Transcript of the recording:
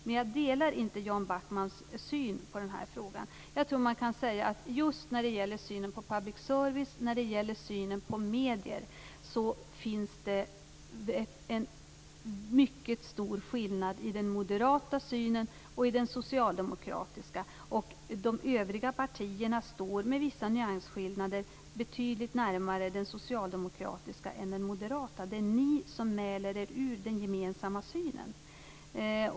Jag delar emellertid inte Jan Backmans uppfattning i den här frågan. När det gäller synen på public service och när det gäller synen på medier tror jag att man kan säga att det finns en mycket stor skillnad mellan den moderata synen och den socialdemokratiska. De övriga partierna står, med vissa nyansskillnader, betydligt närmare den socialdemokratiska än den moderata. Det är ni som mäler er ur den gemensamma synen.